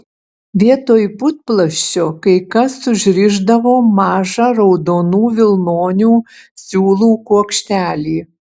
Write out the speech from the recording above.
vietoj putplasčio kai kas užrišdavo mažą raudonų vilnonių siūlų kuokštelį